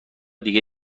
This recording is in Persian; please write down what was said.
دیگه